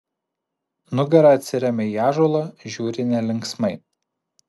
nugara atsiremia į ąžuolą žiūri nelinksmai